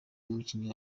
umukinnyi